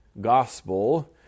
Gospel